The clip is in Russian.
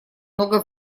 много